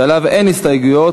שעליו אין הסתייגויות.